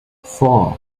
four